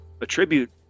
attribute